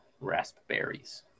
raspberries